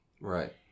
Right